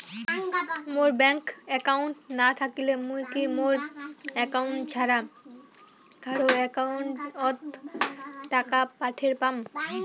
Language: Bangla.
মোর ব্যাংক একাউন্ট না থাকিলে মুই কি মোর একাউন্ট ছাড়া কারো একাউন্ট অত টাকা পাঠের পাম?